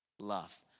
love